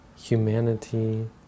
humanity